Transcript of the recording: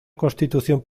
constitución